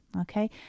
Okay